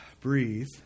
Breathe